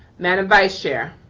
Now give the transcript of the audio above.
madam vice chair.